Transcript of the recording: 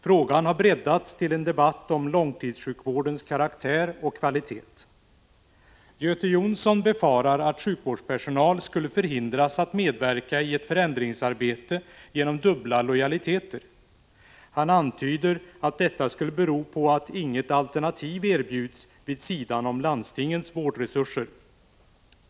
Frågan har breddats till en debatt om långtidssjukvårdens karaktär och kvalitet. Göte Jonsson befarar att sjukvårdspersonal skulle förhindras att medverka i ett förändringsarbete genom dubbla lojaliteter. Han antyder att detta skulle bero på att inget alternativ erbjuds vid sidan om landstingens vårdresurser.